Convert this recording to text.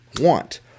want